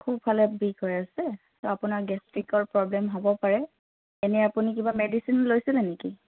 সোঁফালে বিষ হৈ আছে আপোনাৰ গেষ্ট্ৰিকৰ প্ৰব্লেম হ'ব পাৰে এনে আপুনি কিবা মেডিচিন লৈছিলে নেকি